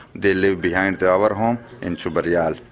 they live behind our but home in ciboreal.